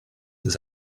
his